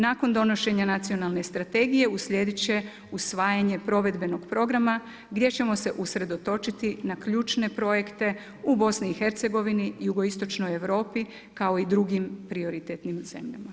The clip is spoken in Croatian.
Nakon donošenja Nacionalne strategije uslijedit će usvajanje provedbenog programa gdje ćemo se usredotočiti na ključne projekte u Bosni i Hercegovini, jugoistočnoj Europi kao i drugim prioritetnim zemljama.